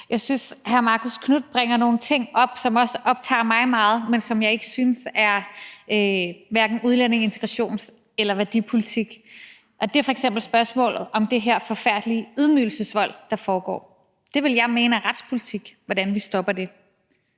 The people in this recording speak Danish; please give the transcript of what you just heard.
Jeg synes, hr. Marcus Knuth bringer nogle ting op, som også optager mig meget, men som jeg synes hverken er udlændinge-, integrations- eller værdipolitik. Det er f.eks. spørgsmålet om den her forfærdelige ydmygelsesvold, der foregår. Hvordan vi stopper det,